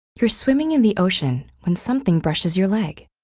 you're swimming in the ocean when something brushes your leg.